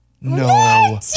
No